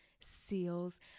Seals